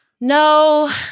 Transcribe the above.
No